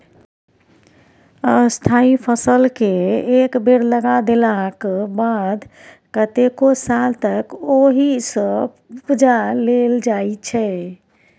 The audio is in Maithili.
स्थायी फसलकेँ एक बेर लगा देलाक बाद कतेको साल तक ओहिसँ उपजा लेल जाइ छै